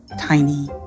tiny